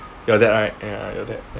your dad right ya ya your dad